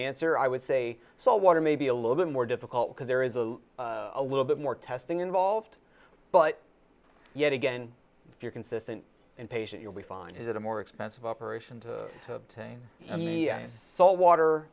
answer i would say so water maybe a little bit more difficult because there is a little bit more testing involved but yet again if you're consistent and patient you'll be fine is it a more expensive operation to obtain salt water